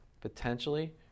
potentially